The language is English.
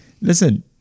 Listen